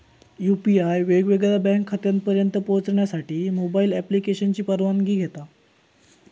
UPI वेगवेगळ्या bank खात्यांपर्यंत पोहचण्यासाठी मोबाईल ॲप्लिकेशनची परवानगी घेता